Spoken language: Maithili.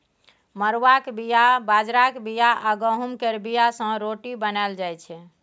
मरुआक बीया, बजराक बीया आ गहुँम केर बीया सँ रोटी बनाएल जाइ छै